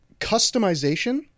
customization